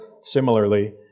similarly